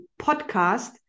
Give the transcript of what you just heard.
podcast